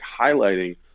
highlighting